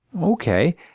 Okay